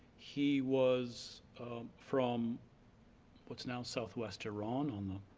he was from what's now south west iran on the